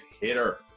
hitter